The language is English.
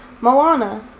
Moana